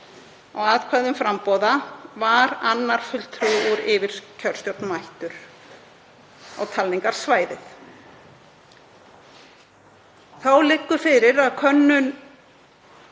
á atkvæðum framboða var annar fulltrúi úr yfirkjörstjórn mættur á talningarsvæðið. Þá liggur fyrir að könnun